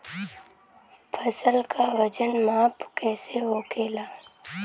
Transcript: फसल का वजन माप कैसे होखेला?